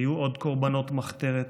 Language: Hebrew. היו עוד קורבנות מחתרת,